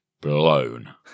blown